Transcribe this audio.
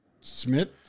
Smith